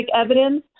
evidence